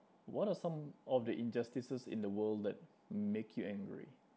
what are some of the injustices in the world that make you angry